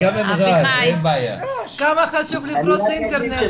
אני כבר חייב לשים את זה על השולחן,